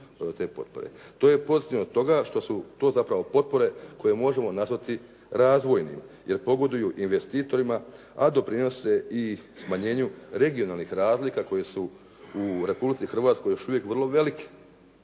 su te potpore. To je pozitivno stoga što su to zapravo potpore koje možemo nazvati razvojnim jer pogoduju investitorima a doprinose i smanjenju regionalnih razlika koje su u Republici Hrvatskoj još uvijek vrlo velike.